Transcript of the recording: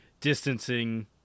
distancing